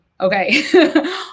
okay